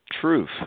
truth